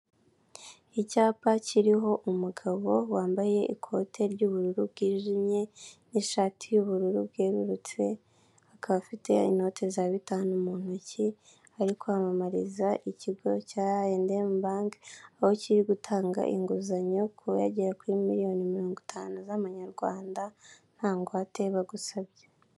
Icyapa kiriho umugabo wambaye ikote ry'ubururu bwijimye n'ishati y'ubururu bwerurutse akaba afite inote za bitanu mu ntoki ari kwamamariza ikigo cya Ayademu banki aho kiri gutanga inguzanyo kuyagera kuri miliyoni mirongo itanu z'amanyarwanda nta ngwate bagusabye.